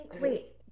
Wait